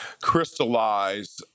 crystallize